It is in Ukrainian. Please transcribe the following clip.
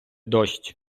дощ